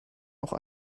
auch